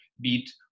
beat